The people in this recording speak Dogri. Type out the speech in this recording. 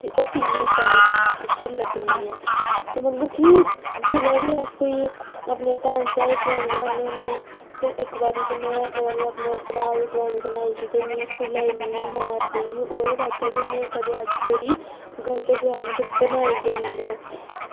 ते ओह् किन्नी शैल पिक्चर लग्गनी ऐ ते मतलब कि जेल्लै बी अस कोई अपने भैन भ्राएं दी ड्राईंग बनान्ने होन्ने ते इक बारी पता निं में अपने भ्राए दी ड्राईंग बनाई ही ते मिगी स्कूला इन्नी मार पेई ते ओह्दे बाद च में अज्ज धोड़ी गलत ड्राईंग ते बनाई गै निं ऐ